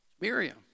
Miriam